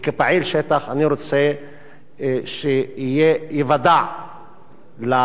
וכפעיל שטח אני רוצה שייוודע לכנסת